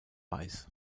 weiß